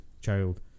child